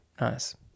Nice